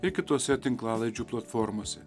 ir kitose tinklalaidžių platformose